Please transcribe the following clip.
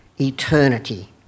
eternity